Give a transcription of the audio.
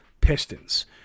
Pistons